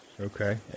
Okay